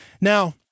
Now